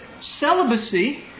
celibacy